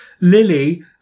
Lily